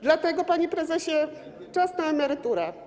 Dlatego, panie prezesie, czas na emeryturę.